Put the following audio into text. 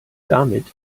damit